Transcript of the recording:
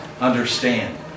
understand